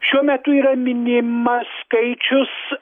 šiuo metu yra minimas skaičius